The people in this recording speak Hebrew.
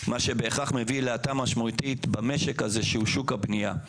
מה שבהכרח מביא להאטה משמעותית במשק הזה שהוא שוק הבנייה.